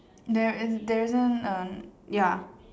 there it there's isn't uh ya